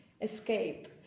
escape